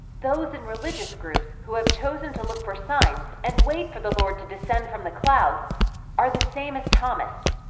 those in religious groups who have chosen to look for signs and wait for the lord to descend from the clouds are the same as thomas,